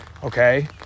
Okay